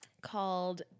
called